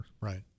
Right